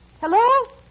Hello